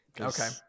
Okay